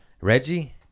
Reggie